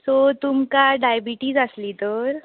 so तुमकां diabetes आसली तर